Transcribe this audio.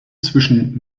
zwischen